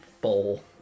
bowl